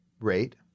rate